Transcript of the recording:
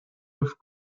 with